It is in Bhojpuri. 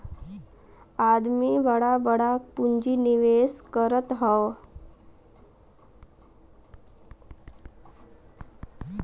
आदमी बड़ा बड़ा पुँजी निवेस करत हौ